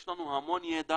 יש לנו המון ידע